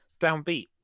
downbeat